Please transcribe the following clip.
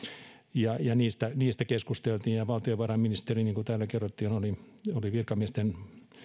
ja ja niistä niistä keskusteltiin ja valtiovarainministeri niin kuin täällä kerrottiin oli oli virkamiesten